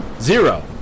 Zero